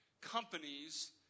companies